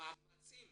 המאמצים